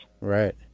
Right